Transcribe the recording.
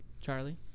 Charlie